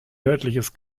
nördliches